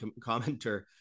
commenter